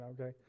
okay